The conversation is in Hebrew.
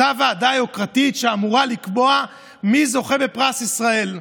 אותה ועדה יוקרתית שאמורה לקבוע מי זוכה בפרס ישראל,